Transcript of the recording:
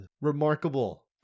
Remarkable